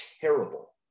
terrible